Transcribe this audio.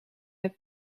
het